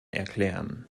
erklären